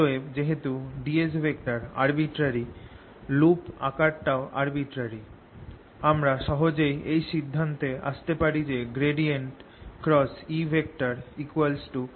অতএব যেহেতু ds বিধিবহির্ভূত - লুপ আকার টাও বিধিবহির্ভূত আমরা সহজেই এই সিদ্ধান্তে আসতে পারি যে ∂B∂t